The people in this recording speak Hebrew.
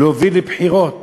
להוביל לבחירות.